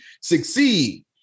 succeed